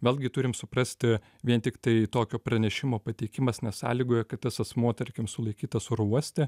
vėlgi turim suprasti vien tiktai tokio pranešimo pateikimas nesąlygoja kad tas asmuo tarkim sulaikytas oro uoste